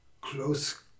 close